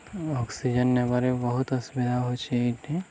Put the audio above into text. oxygen ନେବାରେ ବହୁତ ଅସୁବିଧା ହେଉଛିି ଏଇଠି